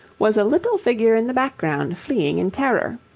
was a little figure in the background fleeing in terror.